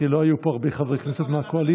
שלא היו פה הרבה חברי כנסת מהקואליציה.